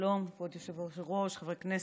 שלום, כבוד יושב-ראש הכנסת, חברי הכנסת,